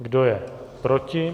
Kdo je proti?